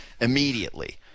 immediately